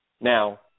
Now